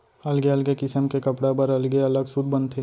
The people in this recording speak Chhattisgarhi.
अलगे अलगे किसम के कपड़ा बर अलगे अलग सूत बनथे